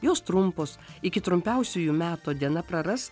jos trumpos iki trumpiausiųjų meto diena praras